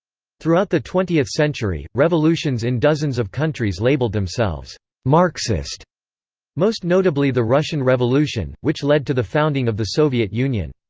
throughout the twentieth century, revolutions in dozens of countries labelled themselves marxist most notably the russian revolution, which led to the founding of the soviet union.